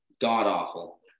god-awful